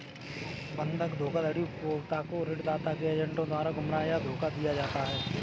बंधक धोखाधड़ी उपभोक्ता को ऋणदाता के एजेंटों द्वारा गुमराह या धोखा दिया जाता है